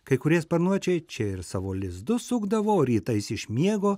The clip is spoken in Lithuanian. kai kurie sparnuočiai čia ir savo lizdus sukdavo rytais iš miego